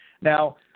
Now